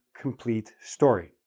complete story.